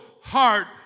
heart